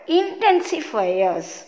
intensifiers